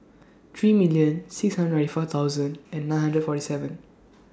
three million six hundred ninety four thousand and nine hundred forty seven